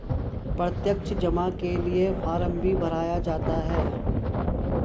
प्रत्यक्ष जमा के लिये फ़ार्म भी भराया जाता है